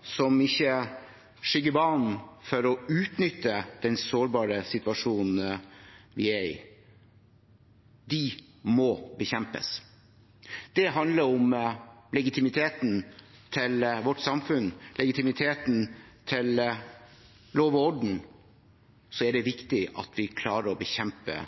som ikke skygger banen for å utnytte den sårbare situasjonen vi er i, må bekjempes. Det handler om legitimiteten til vårt samfunn, legitimiteten til lov og orden. Det er viktig at vi klarer å bekjempe